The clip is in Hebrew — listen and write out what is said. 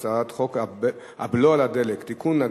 הצעת חוק הבלו על הדלק (תיקון,